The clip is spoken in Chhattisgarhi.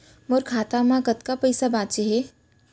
मोर खाता मा कतका पइसा बांचे हे?